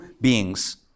beings